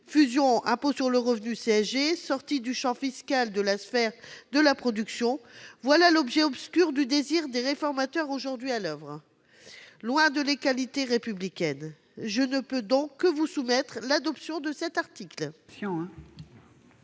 fusion de l'impôt sur le revenu et de la CSG, la sortie du champ fiscal de la sphère de la production, voilà l'objet obscur du désir des réformateurs aujourd'hui à l'oeuvre. Loin de l'égalité républicaine ! Je ne peux donc que vous soumettre l'adoption de cet amendement.